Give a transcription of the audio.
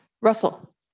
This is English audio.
Russell